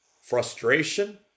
frustration